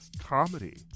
comedy